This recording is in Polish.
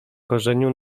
korzeniu